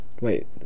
wait